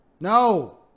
no